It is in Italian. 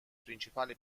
principale